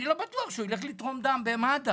אני לא בטוח שהוא ילך לתרום דם במד"א.